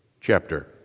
chapter